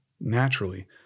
naturally